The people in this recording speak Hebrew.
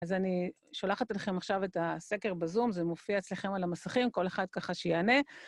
אז אני שולחת אתכם עכשיו את הסקר בזום, זה מופיע אצלכם על המסכים, כל אחד ככה שיענה.